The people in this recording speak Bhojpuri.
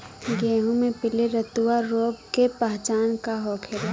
गेहूँ में पिले रतुआ रोग के पहचान का होखेला?